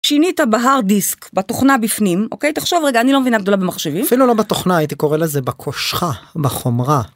שינית בהרדיסק בתוכנה בפנים, אוקיי? תחשוב רגע, אני לא מבינה גדולה במחשבים. אפילו לא בתוכנה, הייתי קורא לזה בקושחה, בחומרה.